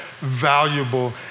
valuable